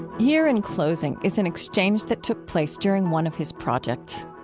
here in closing is an exchange that took place during one of his projects